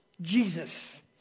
Jesus